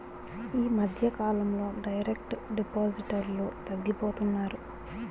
ఈ మధ్యకాలంలో డైరెక్ట్ డిపాజిటర్లు తగ్గిపోతున్నారు